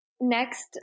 next